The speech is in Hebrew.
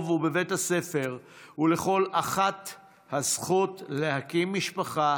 ובבית הספר ולכל אחת הזכות להקים משפחה